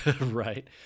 right